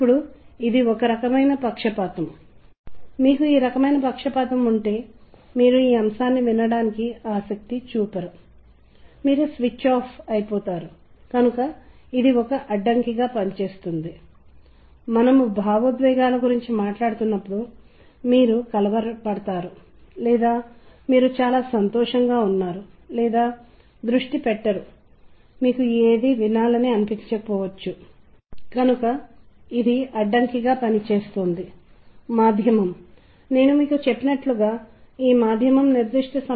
ఇప్పుడు ఇది మనకు చెప్పేది ఏమిటంటే మనం ఏదో ఒక స్థాయిలో దృశ్యమానముతో సంగీతం రంగులతో కూడిన సంగీతం మరియు ఇది మనకు చాలా ముఖ్యమైనది ఎందుకంటే అవి మనకు విరుద్ధంగా ఉన్నప్పుడు అవి వేరే రకమైన అర్థాన్ని సృష్టిస్తాయి మనం వాటిని కలిసి ఉన్నప్పుడు అవి పూర్తిగా భిన్నమైన అర్థాన్ని సృష్టిస్తాయి